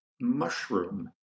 mushroom